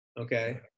Okay